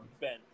Ben